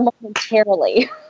momentarily